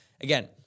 Again